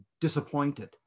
disappointed